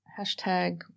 hashtag